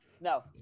No